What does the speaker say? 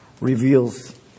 Reveals